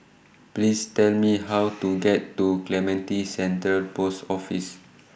Please Tell Me How to get to Clementi Central Post Office